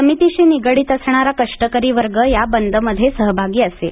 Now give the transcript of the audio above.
समितीशी निगडित असणारा कष्टकरी वर्ग या बंदमध्ये सहभागी असेल